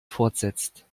fortsetzt